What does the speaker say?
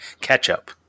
ketchup